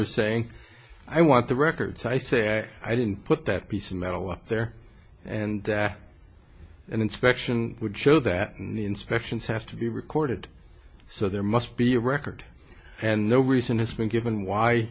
prisoner saying i want the records i said i didn't put that piece of metal up there and an inspection would show that the inspections have to be recorded so there must be a record and no reason has been given why